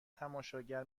تماشاگر